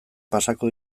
pasako